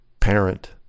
parent